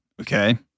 Okay